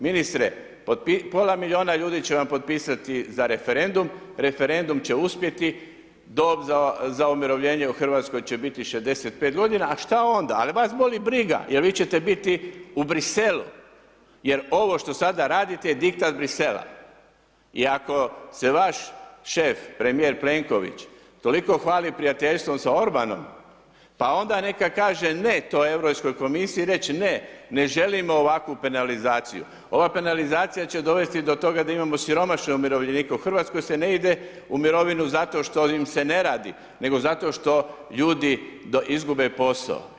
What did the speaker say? Ministre, pola milijuna ljudi će vam potpisati za referendum, referendum će uspjeti, dob za umirovljenje u Hrvatskoj će biti 65 g. a šta onda, ali vas boli briga jer vi ćete biti u Bruxellesu jer ovo što sada radite je diktat Bruxellesa i ako se vaš šef, premijer Plenković toliko hvali prijateljstvom sa Orbanom, pa onda neka kaže ne toj Europskoj komisiji, reći ne, ne želimo ovakvu penalizaciju, ova penalizacija će dovesti do toga da imamo siromašne umirovljenike, u Hrvatskoj se ne ide u mirovinu zato što im se ne radi nego zato što ljudi izgube posao.